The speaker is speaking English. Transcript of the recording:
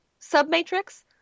submatrix